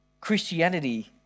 Christianity